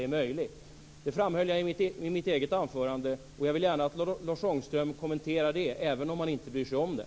Det framhöll jag i mitt eget anförande. Jag vill gärna att Lars Ångström kommenterar det, även om han inte bryr sig om det.